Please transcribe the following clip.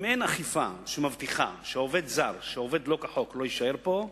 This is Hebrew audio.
אם אין אכיפה שמבטיחה שעובד זר שעובד שלא כחוק לא יישאר פה,